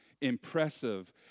impressive